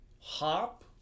hop